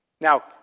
Now